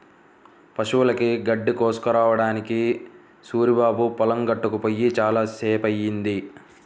పశువులకి గడ్డి కోసుకురావడానికి సూరిబాబు పొలం గట్టుకి పొయ్యి చాలా సేపయ్యింది